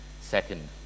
Second